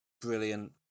brilliant